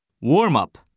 Warm-up